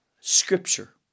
scripture